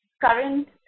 current